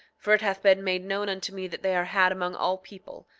for it hath been made known unto me that they are had among all people,